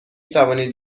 توانید